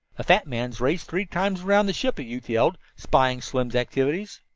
a fat man's race three times around the ship! a youth yelled, spying slim's activities.